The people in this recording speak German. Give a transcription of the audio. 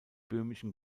böhmischen